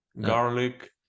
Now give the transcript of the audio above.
garlic